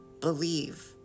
believe